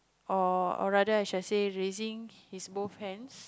or or rather I should say raising his both hands